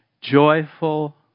joyful